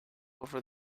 over